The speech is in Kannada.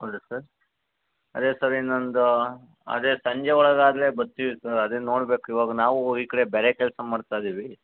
ಹೌದಾ ಸರ್ ಅದೇ ಸರ್ ಇನ್ನೊಂದು ಅದೇ ಸಂಜೆ ಒಳಗೆ ಆದರೆ ಬತ್ತೀವಿ ಸರ್ ಅದೇ ನೋಡ್ಬೇಕು ಇವಾಗ ನಾವೂ ಈ ಕಡೆ ಬೇರೆ ಕೆಲಸ ಮಾಡ್ತಾ ಇದ್ದೀವಿ